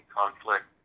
conflict